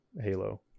Halo